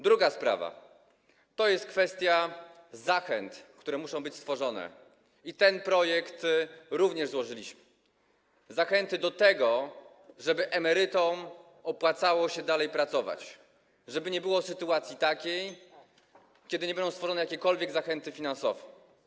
Druga sprawa to jest kwestia zachęt, które muszą być stworzone - i taki projekt również złożyliśmy - zachęt do tego, żeby emerytom opłacało się dalej pracować, żeby nie było sytuacji takiej, że nie będą stworzone jakiekolwiek zachęty finansowe.